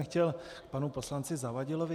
Chtěl jsem panu poslanci Zavadilovi.